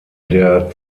der